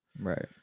Right